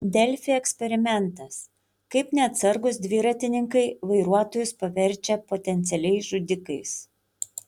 delfi eksperimentas kaip neatsargūs dviratininkai vairuotojus paverčia potencialiais žudikais